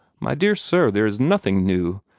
my dear sir, there is nothing new.